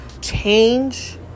change